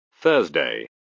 Thursday